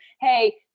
Hey